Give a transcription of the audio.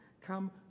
come